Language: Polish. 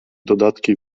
dodatki